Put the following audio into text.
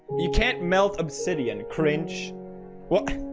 you can't melt obsidian crinch what